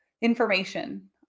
information